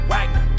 Wagner